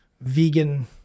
vegan